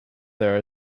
there